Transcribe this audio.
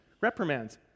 reprimands